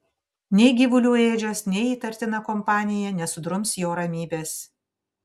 nei gyvulių ėdžios nei įtartina kompanija nesudrums jo ramybės